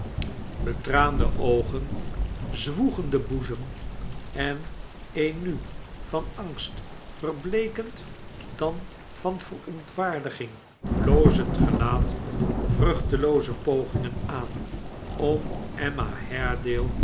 betraande oogen zwoegenden boezem en een nu van angst verbleekend dan van verontwaardiging blozend gelaat vruchtelooze pogingen aan om emma